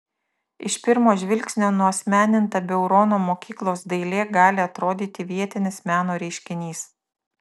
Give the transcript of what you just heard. iš pirmo žvilgsnio nuasmeninta beurono mokyklos dailė gali atrodyti vietinis meno reiškinys